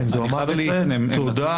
אז הוא אמר לי: תודה,